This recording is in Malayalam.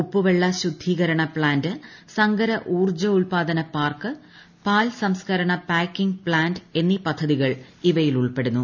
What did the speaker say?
ഉപ്പുവെള്ള ശുദ്ധീകരണ പ്ലാന്റ് സങ്കര ഊർജോൽപാദന പാർക്ക് പാൽ സംസ്കരണ പായ്ക്കിംഗ് പ്ലാന്റ് എന്നീ പദ്ധതികൾ ഇവയിൽ ഉൾപ്പെടുന്നു